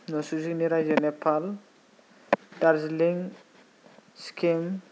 नसुंसेनि राइजो नेपाल दार्जिलिं सिक्किम